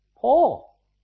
Paul